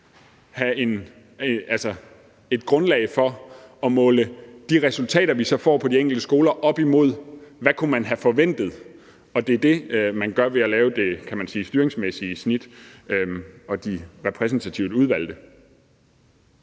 have et grundlag for at holde de resultater, vi så får på de enkelte skoler, op imod, hvad man kunne have forventet. Og det er det, man gør, ved at lave det, kan man sige, styringsmæssige snit og have de repræsentativt udvalgte.